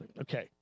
Okay